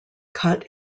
cut